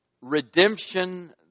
redemption